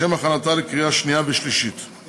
לשם הכנתה לקריאה שנייה ושלישית.